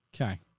Okay